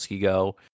go